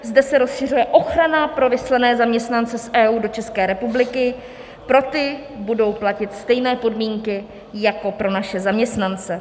Zde se rozšiřuje ochrana pro vyslané zaměstnance z EU do České republiky, pro ty budou platit stejné podmínky jako pro naše zaměstnance.